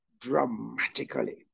dramatically